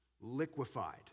liquefied